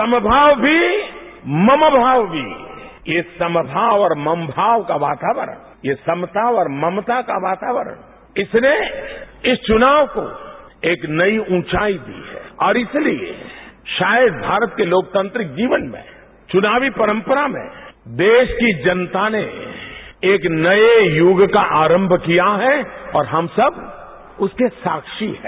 समभाव भी और ममभाव भी ये समभाव और ममभाव का वातावरण ये समता और ममता का वातावरण इसने इस चुनाव को एक नई ऊंचाई दी है और इसलिए शायद भास्त के लोकतान्त्रिक जीवन में चुनावी परंपरा में देश की जनता ने एक नए युग का आरंभ किया है और हम सब उसके साक्षी है